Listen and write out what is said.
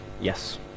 Yes